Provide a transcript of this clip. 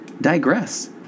digress